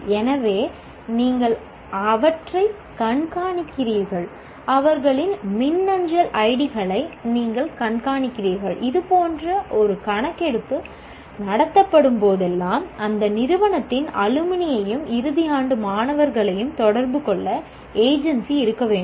எனவே நீங்கள் அவற்றைக் கண்காணிக்கிறீர்கள் அவர்களின் மின்னஞ்சல் ஐடி இருக்க வேண்டும்